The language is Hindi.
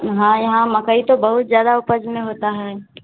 हाँ यहाँ मकई तो बहुत ज़्यादा उपज़ में होता है